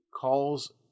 calls